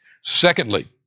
Secondly